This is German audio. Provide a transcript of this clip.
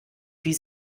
wie